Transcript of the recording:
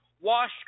wash